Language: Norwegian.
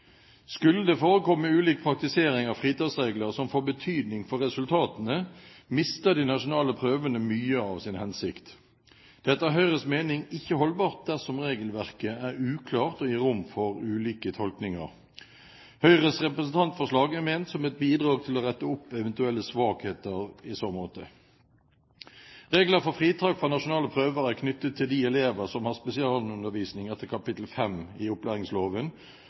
Skulle det forekomme ulik praktisering av fritaksregler som får betydning for resultatene, mister de nasjonale prøvene mye av sin hensikt. Det er etter Høyres mening ikke holdbart dersom regelverket er uklart og gir rom for ulike tolkninger. Høyres representantforslag er ment som et bidrag til å rette opp eventuelle svakheter i så måte. Regler for fritak fra nasjonale prøver er knyttet til de elever som har spesialundervisning etter kapittel 5 i opplæringsloven,